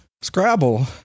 scrabble